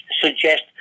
suggest